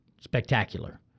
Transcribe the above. spectacular